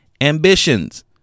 Ambitions